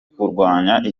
kurwanya